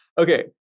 Okay